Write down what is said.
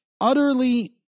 utterly